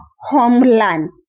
homeland